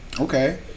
okay